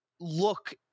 look